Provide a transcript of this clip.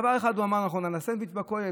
דבר אחד הוא אמר נכון על הסנדוויץ' בכולל,